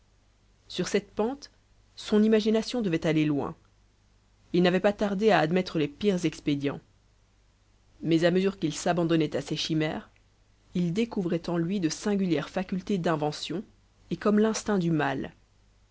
sur cette pente son imagination devait aller loin il n'avait pas tardé à admettre les pires expédients mais à mesure qu'il s'abandonnait à ses chimères il découvrait en lui de singulières facultés d'invention et comme l'instinct du mal